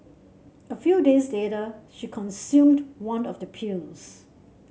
a few days later she consumed one of the pills